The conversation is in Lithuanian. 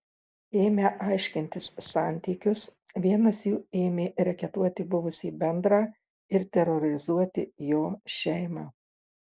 ėmę aiškintis santykius vienas jų ėmė reketuoti buvusį bendrą ir terorizuoti jo šeimą